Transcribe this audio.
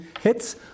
hits